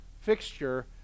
fixture